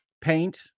paint